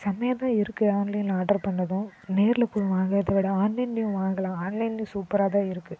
செம்மையாகதான் இருக்குது ஆன்லைன்ல ஆர்டர் பண்ணதும் நேர்ல போய் வாங்குகிறத விட ஆன்லைன்லயும் வாங்கலாம் ஆன்லைன்லயும் சூப்பராகதான் இருக்குது